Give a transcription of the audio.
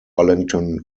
allington